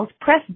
press